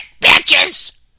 bitches